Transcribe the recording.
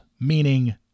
meaning